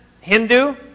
Hindu